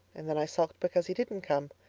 and then i sulked because he didn't come.